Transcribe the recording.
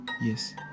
Yes